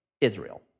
Israel